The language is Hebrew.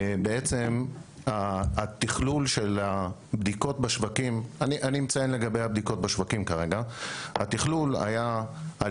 בעצם התכלול של הבדיקות בשווקים היה על